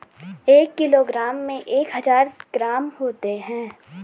एक किलोग्राम में एक हजार ग्राम होते हैं